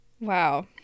wow